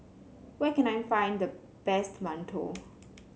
where can I find the best mantou